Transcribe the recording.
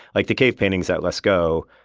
like the cave paintings at lascaux,